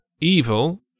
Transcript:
Evil